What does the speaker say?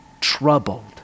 troubled